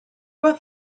was